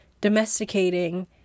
domesticating